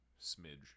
smidge